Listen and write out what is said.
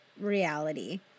reality